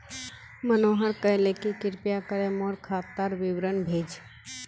मनोहर कहले कि कृपया करे मोर खातार विवरण भेज